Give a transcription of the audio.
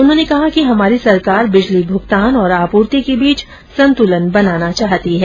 उन्होंने कहा कि हमारी सरकार बिजली भुगतान और आपूर्ति के बीच संतुलन बनाना चाहती है